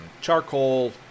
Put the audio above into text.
charcoal